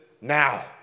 now